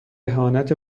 اهانت